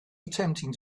attempting